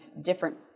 different